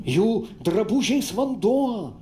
jų drabužiais vanduo